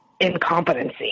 incompetency